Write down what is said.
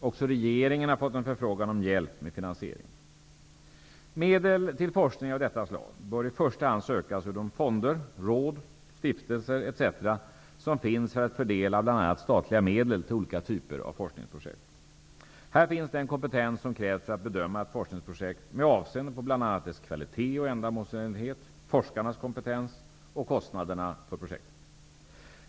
Också regeringen har fått en förfrågan om hjälp med finansieringen. Medel till forskning av detta slag bör i första hand sökas ur de fonder, råd, stiftelser etc. som finns för att fördela bl.a. statliga medel till olika typer av forskningsprojekt. Här finns den kompetens som krävs för att bedöma ett forskningsprojekt med avseende på bl.a. dess kvalitet och ändamålsenlighet, forskarnas kompetens och kostnaderna för projektet.